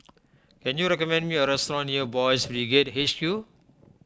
can you recommend me a restaurant near Boys' Brigade H Q